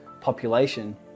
population